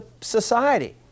society